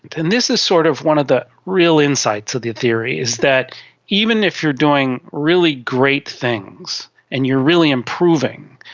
and this is sort of one of the real insights of the theory, is that even if you are doing really great things and you are really improving,